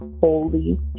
holy